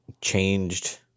changed